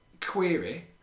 query